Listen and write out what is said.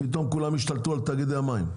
פתאום כולם השתלטו על תאגידי המים,